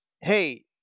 hey